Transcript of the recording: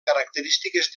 característiques